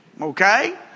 okay